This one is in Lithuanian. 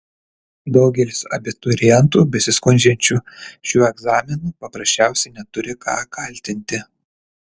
daugelis abiturientų besiskundžiančių šiuo egzaminu paprasčiausiai neturi ką kaltinti